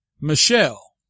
Michelle